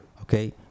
okay